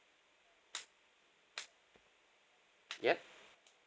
yup